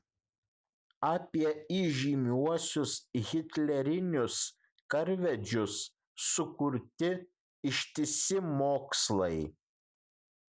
apie įžymiuosius hitlerinius karvedžius sukurti ištisi mokslai